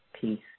peace